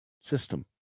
system